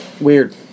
weird